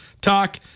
talk